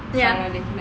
ya